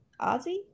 ozzy